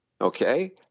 okay